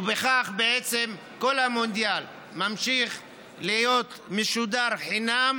וכך כל המונדיאל ממשיך להיות משודר חינם